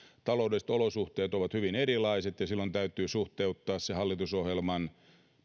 taloudelliset olosuhteet ovat hyvin erilaiset ja silloin täytyy suhteuttaa sen hallitusohjelman